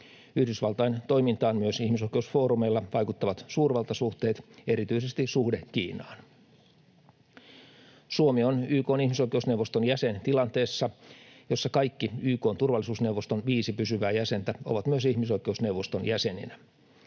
Yhdysvaltain toimintaan myös ihmisoikeusfoorumeilla vaikuttavat suurvaltasuhteet, erityisesti suhde Kiinaan. Suomi on YK:n ihmisoikeusneuvoston jäsen tilanteessa, jossa kaikki YK:n turvallisuusneuvoston viisi pysyvää jäsentä ovat myös ihmisoikeusneuvoston jäseninä.